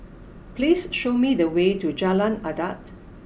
please show me the way to Jalan Adat